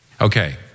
Okay